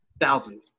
Thousand